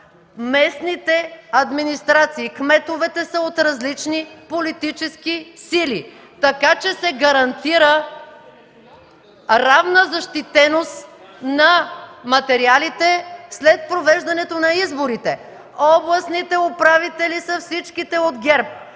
местните администрации, кметовете са от различни политически сили, така че се гарантира равна защитеност на материалите след провеждането на изборите. Всичките областни управители са от ГЕРБ,